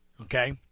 okay